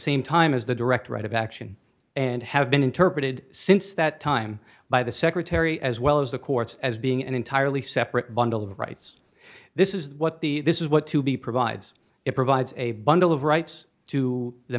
same time as the direct right of action and have been interpreted since that time by the secretary as well as the courts as being an entirely separate bundle of rights this is what the this is what to be provides it provides a bundle of rights to the